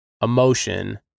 emotion